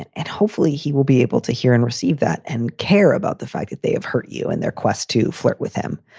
and and hopefully he will be able to hear and receive that and care about the fact that they have hurt you in their quest to flirt with him.